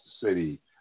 city